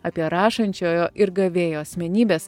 apie rašančiojo ir gavėjo asmenybes